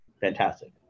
Fantastic